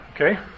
Okay